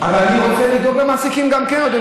אז אני רוצה לדאוג למעסיקים גם כן,